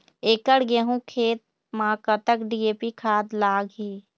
एकड़ गेहूं खेत म कतक डी.ए.पी खाद लाग ही?